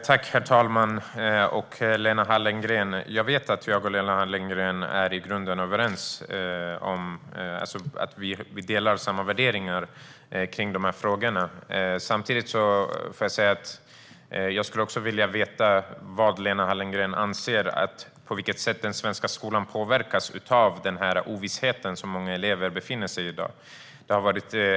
Herr talman! Jag vet att jag och Lena Hallengren är i grunden överens. Vi delar värderingar i dessa frågor. Samtidigt vill jag veta hur Lena Hallengren anser att svenska skolan påverkas av ovissheten som många elever befinner sig i i dag.